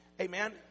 Amen